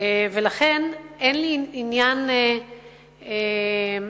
ולכן אין לי עניין להחליש,